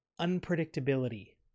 Unpredictability